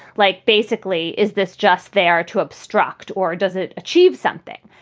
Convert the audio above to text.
like basically, is this just there to obstruct or does it achieve something?